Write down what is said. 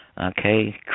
Okay